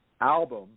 album